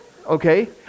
Okay